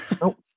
Nope